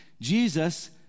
Jesus